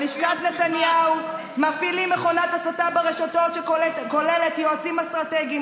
בלשכת נתניהו מפעילים מכונת הסתה ברשתות שכוללת יועצים אסטרטגיים,